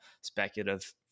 speculative